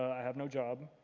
i have no job,